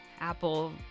Apple